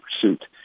pursuit